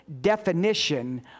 definition